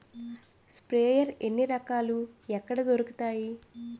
Sprayer ఎన్ని రకాలు? ఎక్కడ దొరుకుతాయి?